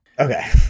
Okay